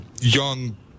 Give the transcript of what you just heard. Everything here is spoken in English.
young